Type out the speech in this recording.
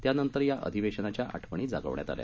त्यानंतर या अधिवेशनाच्या आठवणी जागवण्यात आल्या